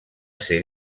ser